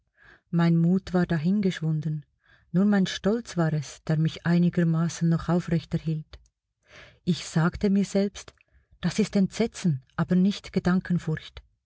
mein mut war dahingeschwunden nur mein stolz war es der mich einigermaßen noch aufrecht erhielt ich sagte mir selbst das ist entsetzen aber nicht